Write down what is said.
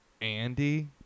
Andy